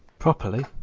properly,